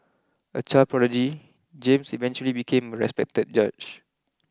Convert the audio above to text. a child prodigy James eventually became a respected judge